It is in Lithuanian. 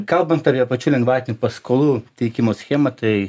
kalbant apie pačių lengvatinių paskolų teikimo schemą tai